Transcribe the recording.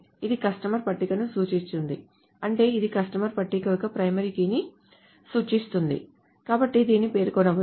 ఇది కస్టమర్ పట్టికను సూచిస్తుంది అంటే ఇది కస్టమర్ పట్టిక యొక్క ప్రైమరీ కీని సూచిస్తుంది కాబట్టి దీనిని పేర్కొనవచ్చు